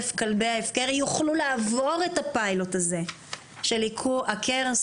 כלבי ההפקר יוכלו לעבור את הפיילוט הזה של "עקר,